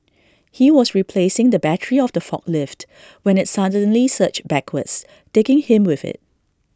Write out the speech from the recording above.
he was replacing the battery of the forklift when IT suddenly surged backwards taking him with IT